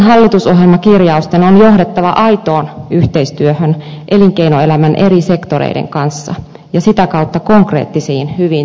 hienojen hallitusohjelmakirjausten on johdettava aitoon yhteistyöhön elinkeinoelämän eri sektoreiden kanssa ja sitä kautta konkreettisiin hyviin työpaikkoihin nuorille